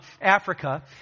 Africa